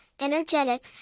energetic